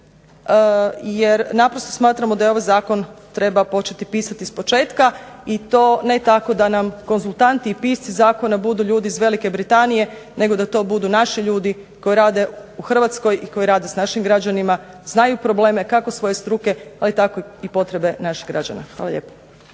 jer naprosto smatramo da ovaj zakon treba početi pisati ispočetka i to ne tako da nam konzultanti i pisci zakona budu ljudi iz Velike Britanije nego da to budu naši ljudi koji rade u Hrvatskoj i koji rade s našim građanima, znaju probleme kako svoje struke, ali tako i potrebe naših građana. Hvala lijepo.